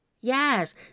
Yes